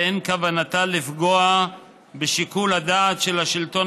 ואין כוונתה לפגוע בשיקול הדעת של השלטון